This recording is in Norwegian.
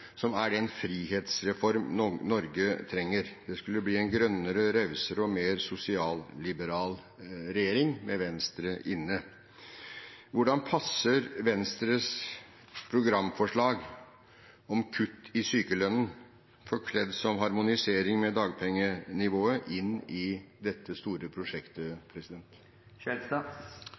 som er den frihetsreformen Norge trenger». Det skulle bli en grønnere, rausere og mer sosialliberal regjering med Venstre inne. Hvordan passer Venstres programforslag om kutt i sykelønnen, forkledd som harmonisering med dagpengenivået, inn i dette store prosjektet?